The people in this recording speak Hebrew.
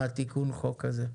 התיקון חוק הזה.